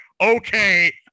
okay